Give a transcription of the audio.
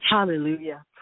Hallelujah